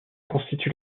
constitue